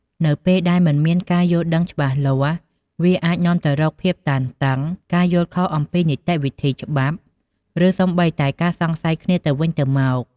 នៅពេលដែលមិនមានការយល់ដឹងច្បាស់លាស់ វាអាចនាំទៅរកភាពតានតឹង ការយល់ខុសអំពីនីតិវិធីច្បាប់ ឬសូម្បីតែការសង្ស័យគ្នាទៅវិញទៅមក។